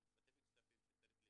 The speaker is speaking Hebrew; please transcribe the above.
זה מתבטא בכספים שצריך יותר,